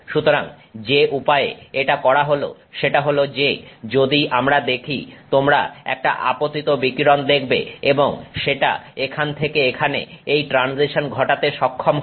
সুতরাং যে উপায়ে এটা করা হলো সেটা হলো যে যদি আমরা দেখি তোমরা একটা আপতিত বিকিরণ দেখবে এবং সেটা এখান থেকে এখানে এই ট্রানজিশন ঘটাতে সক্ষম হবে